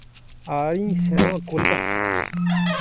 ᱟᱨᱤᱧ ᱥᱮᱱᱚᱜᱼᱟ ᱠᱳᱞᱠᱟᱛᱟ